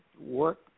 work